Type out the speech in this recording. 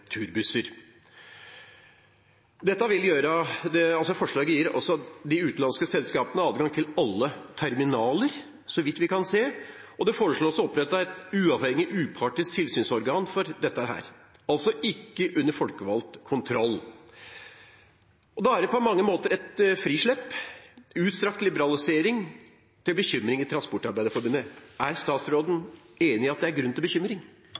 Forslaget gir de utenlandske selskapene adgang til alle terminaler, så vidt vi kan se. Og det foreslås opprettet et uavhengig upartisk tilsynsorgan for dette – ikke under folkevalgt kontroll. Da er det på mange måter et frislepp, en utstrakt liberalisering til bekymring i Transportarbeiderforbundet. Er statsråden enig i at det er grunn til bekymring?